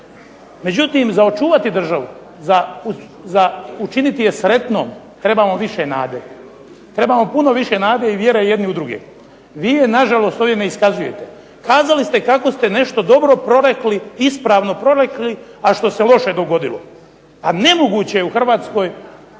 Međutim za očuvati državu, za učiniti je sretnom trebamo više nade, trebamo puno više nade i vjere jedni u druge. Vi je nažalost ovime iskazujete. Kazali ste kako ste nešto dobro prorekli, ispravno prorekli, a što se loše dogodilo, a nemoguće je u Hrvatskoj